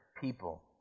people